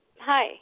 Hi